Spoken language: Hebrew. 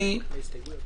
עם ההסתייגויות.